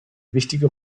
wichtige